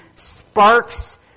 sparks